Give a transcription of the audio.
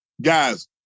Guys